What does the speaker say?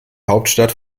hauptstadt